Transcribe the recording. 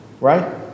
right